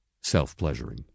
self-pleasuring